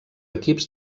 equips